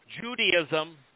Judaism